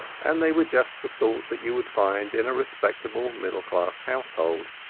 and they were just the sort that you would find in a respectable middle-class household.